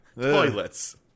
Toilets